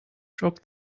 drop